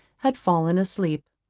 had fallen asleep.